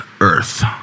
Earth